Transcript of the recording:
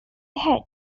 had